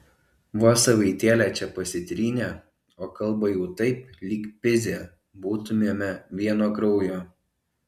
vos savaitėlę čia pasitrynė o kalba jau taip lyg pizė būtumėme vieno kraujo